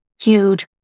huge